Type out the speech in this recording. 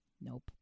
Nope